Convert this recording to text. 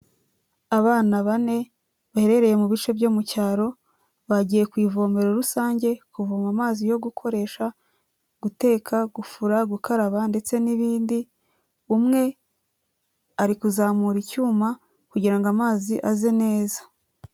Abana bane baherereye mu bice byo mu cyaro bagiye ku ivomere rusange kuvoma amazi yo gukoresha guteka, gufura, gukaraba ndetse n'bindi. Umwe ari kuzamura icyuma kugirango amazi aze neza.